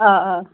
آ آ